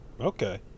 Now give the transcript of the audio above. Okay